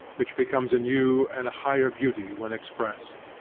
which becomes a new and higher beauty when expressed.